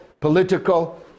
political